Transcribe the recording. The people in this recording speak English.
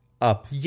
up